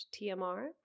TMR